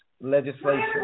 legislation